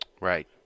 right